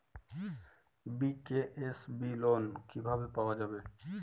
BKSB loan কিভাবে পাওয়া যাবে?